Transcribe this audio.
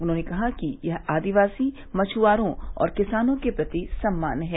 उन्होंने कहा कि यह आदिवासी मछुआरों और किसानों के प्रति सम्मान है